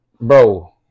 bro